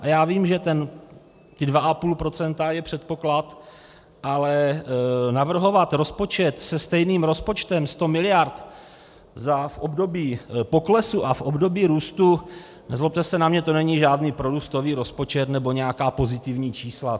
Já vím, že 2,5 % je předpoklad, ale navrhovat rozpočet se stejným deficitem 100 mld. v období poklesu a v období růstu, nezlobte se na mě, to není žádný prorůstový rozpočet nebo nějaká pozitivní čísla.